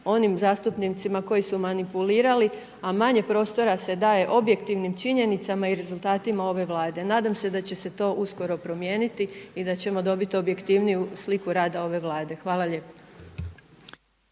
onim zastupnicima koji su manipulirali, a manje prostora se daje objektivnim činjenicama i rezultatima ove Vlade. Nadam se da će se to uskoro promijeniti i da ćemo dobiti objektivniju sliku rada ove Vlade. Hvala lijepo.